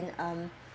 um